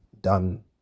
done